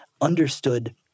understood